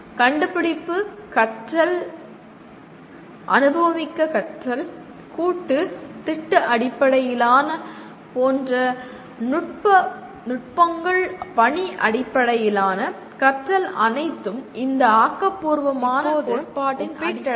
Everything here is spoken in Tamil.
கண்டுபிடிப்பு கற்றல் கற்றல் அனுபவமிக்க கற்றல் கூட்டு திட்ட அடிப்படையிலான போன்ற நுட்பங்கள் பணி அடிப்படையிலான கற்றல் அனைத்தும் இந்த ஆக்கபூர்வமான கோட்பாட்டின் அடிப்படையில் அமைந்தவை